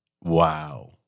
Wow